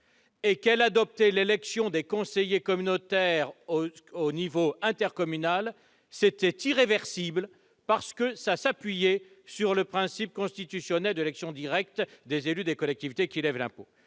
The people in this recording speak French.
et si elle adoptait l'élection des conseillers communautaires au niveau intercommunal, cette décision était irréversible, puisqu'elle s'appuyait sur le principe constitutionnel de l'action directe des élus des collectivités qui lèvent l'impôt.